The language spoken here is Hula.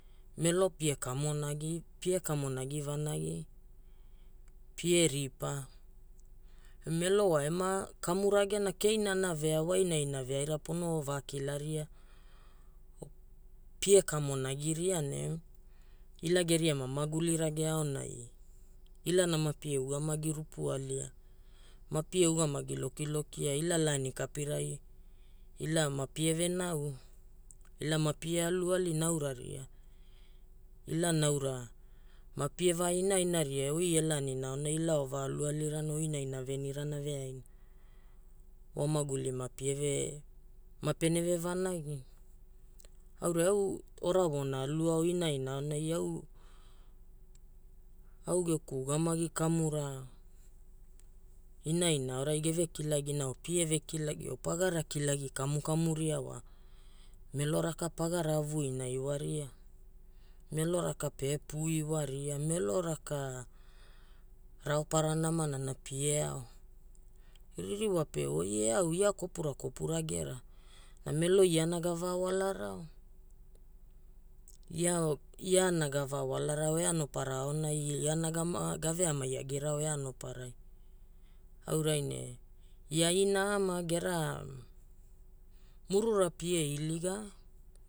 Melo pie kamonagi, pie kamonagi vanagi, pie ripa. Melo wa ema kamu ragena keinana vea wa inaina veaira pono vakilaria, pie kamonagiria ne ila geria wa maguli rage aonai ilana mapie ugamagi ropu alia, mapie ugamagi lokilokia ila laani kapirai ila mapie venau. Ila mapie alu ali naura ria, ila naura mapie va inainaria. Oi e laanina aonai ila o va alu alirana o inaina venirana veaina. Wa maguli mape ne ve vanagi. Aurai au ora voona alu ao inaina aonai au geku ugamagi kamura inaina aorai geve kilagina o pie ve kilagi o pagara kilagi kamukamuria wa melo raka pagara avuina iwaria, melo raka pe puu iwaria, melo raka raopara namanana pie ao. Ririwa pe oi e au ia kopura kopura gera. na melo iana ga va walarao, iana ga va walarao e anopara aonai, iana ga veamai agirao e anoparai. Aurai ne ia ina ama murura pie iliga